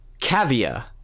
caviar